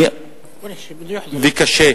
ואני מקווה,